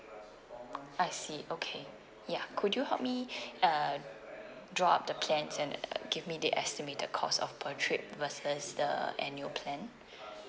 I see okay ya could you help me uh draw up the plans and give me the estimated cost of per trip versus the annual plan